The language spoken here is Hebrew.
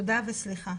תודה וסליחה.